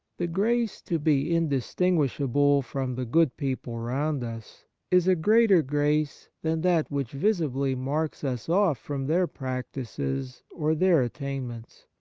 the grace to be indistinguishable from the good people round us is a greater grace than that which visibly marks us off from their practices or their attainments.